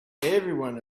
everyone